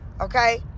Okay